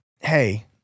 Hey